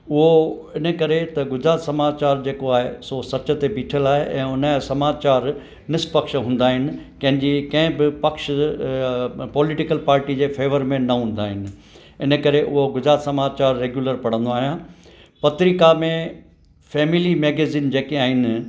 उहो इन करे त गुजरात समाचार जेको आहे सो सच ते बिठल आहे ऐं उन जा समाचार निसपक्ष हूंदा आहिनि कंहिंजे कंहिं बि पक्ष पॉलिटिकल पार्टी जे फेवर में न हूंदा आहिनि इन करे उहो गुजरात समाचार रेगुलर पढ़ंदो आहियां पत्रिका में फैमिली मैगज़ीन जेके आहिनि